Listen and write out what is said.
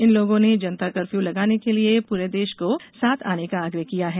इन लोगों ने जनता कर्फ्यू लगाने के लिए पूरे देश से साथ आने का आग्रह किया है